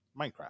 Minecraft